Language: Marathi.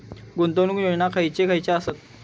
गुंतवणूक योजना खयचे खयचे आसत?